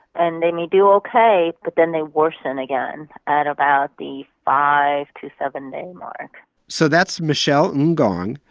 and they may do ok, but then they worsen again at about the five to seven day mark so that's michelle ng gong.